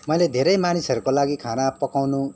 मैले धेरै मानिसहरूको लागि खाना पकाउनु